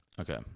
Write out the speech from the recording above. Okay